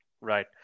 Right